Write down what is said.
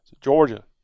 Georgia